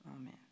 Amen